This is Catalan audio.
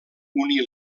unir